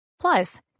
Plus